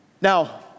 Now